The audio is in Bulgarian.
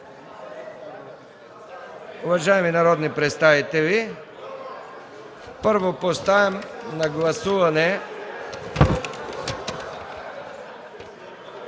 Уважаеми народни представители, първо, ще поставя на гласуване